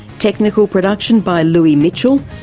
technical production by louis mitchell,